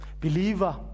believer